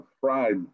Fried